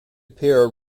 pere